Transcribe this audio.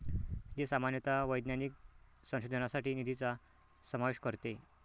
जी सामान्यतः वैज्ञानिक संशोधनासाठी निधीचा समावेश करते